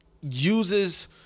uses